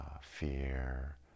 fear